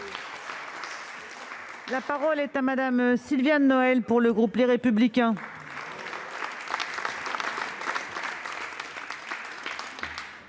La parole est à Mme Sylviane Noël, pour le groupe Les Républicains.